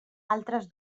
altres